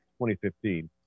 2015